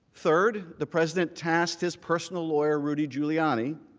third, the president tasked his personal lawyer, rudy giuliani,